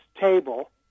table